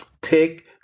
take